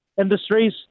industries